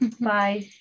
bye